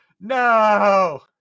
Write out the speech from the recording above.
no